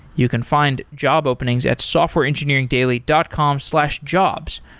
you can find job openings at softwareengineeringdaily dot com slash jobs.